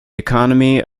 economy